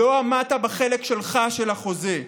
לא עמדת בחלק שלך של החוזה.